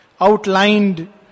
outlined